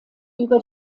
über